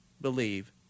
believe